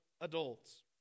adults